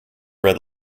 red